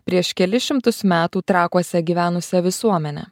prieš kelis šimtus metų trakuose gyvenusią visuomenę